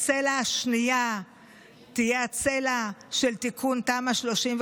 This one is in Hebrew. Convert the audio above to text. הצלע השנייה תהיה הצלע של תיקון תמ"א 35,